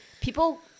people